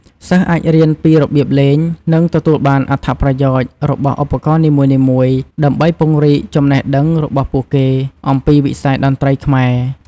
សិស្សអាចរៀនពីរបៀបលេង និងទទួលបានអត្ថប្រយោជន៍របស់ឧបករណ៍នីមួយៗដើម្បីពង្រីកចំណេះដឹងរបស់ពួកគេអំពីវិស័យតន្ត្រីខ្មែរ។